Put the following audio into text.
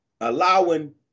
allowing